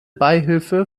beihilfe